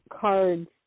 cards